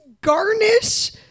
garnish